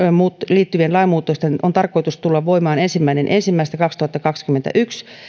liittyvien lainmuutosten on tarkoitus tulla voimaan ensimmäinen ensimmäistä kaksituhattakaksikymmentäyksi